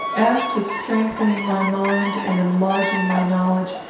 as to strengthening my mind and enlarging my knowledge,